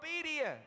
obedience